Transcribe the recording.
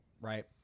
right